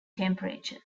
temperature